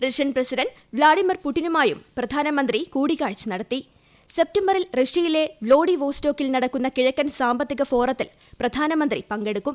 Russian president Vladimir പുടിനുമായും പ്രധാനമന്ത്രി കൂടിക്കാഴ്ച വ്ളാഡിവോസ്റ്റോക്കിൽ നടക്കുന്ന കിഴക്കൻ സാമ്പത്തിക ഫോറത്തിൽ പ്രധാനമന്ത്രി പങ്കെടുക്കും